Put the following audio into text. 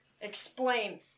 Explain